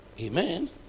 Amen